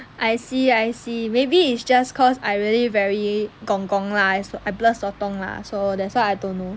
I see I see maybe is just cause I really very gong gong lah I blur sotong lah so that's why I don't know